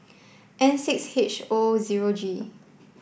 N six H O zero G